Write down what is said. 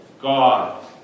God